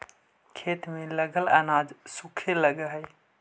खेत में लगल अनाज सूखे लगऽ हई